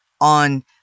on